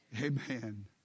Amen